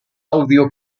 audio